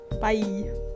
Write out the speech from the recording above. Bye